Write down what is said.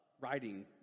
writing